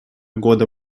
года